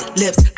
lips